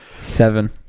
Seven